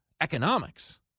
economics